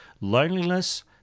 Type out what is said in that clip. loneliness